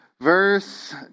Verse